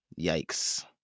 Yikes